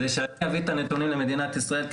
על מנת שאני אביא את הנתונים למדינת ישראל,